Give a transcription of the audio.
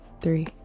three